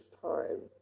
time